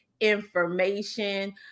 information